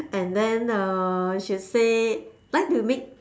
and then uh she'll say like to make